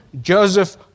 Joseph